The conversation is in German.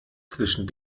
zwischen